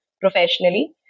professionally